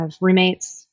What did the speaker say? roommates